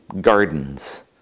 gardens